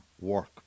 work